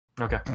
Okay